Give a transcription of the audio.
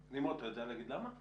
נמרוד, אתה יודע להגיד למה?